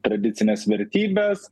tradicines vertybes